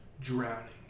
drowning